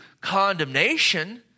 condemnation